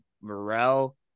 Morrell